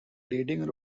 leading